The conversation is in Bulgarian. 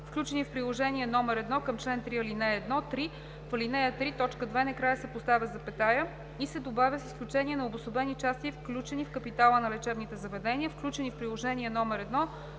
включени в Приложение № 1 към чл. 3, ал. 1.“ 3. В ал. 3, т. 2 накрая се поставя запетая и се добавя „с изключение на обособени части, включени в капитала на лечебните заведения, включени в Приложение № 1